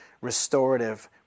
restorative